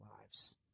lives